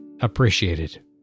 appreciated